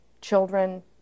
Children